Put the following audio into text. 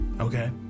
Okay